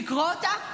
לקרוא אותה,